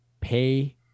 pay